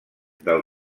del